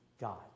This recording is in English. God